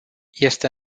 este